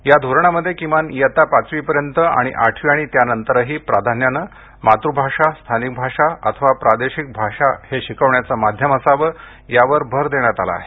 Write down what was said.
या धोरणामध्ये किमान इयत्ता पाचवीपर्यंत आणि आठवी आणि त्यानंतरही प्राधान्याने मातृभाषा स्थानिक भाषा अथवा प्रादेशिक भाषा हे शिकवण्याचे माध्यम असावं यावर भर देण्यात आला आहे